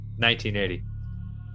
1980